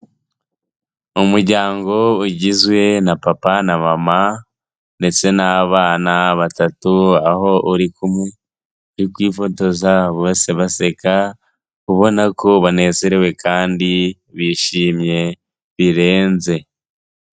Umuryango ugizwe na papa na mama ndetse n'abana batatu aho uri kumwe, bari kwifotoza bose baseka ubona ko banezerewe kandi bishimye birenze.